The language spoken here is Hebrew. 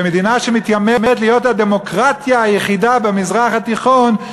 ובמדינה שמתיימרת להיות הדמוקרטיה היחידה במזרח התיכון,